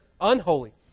unholy